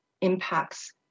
impacts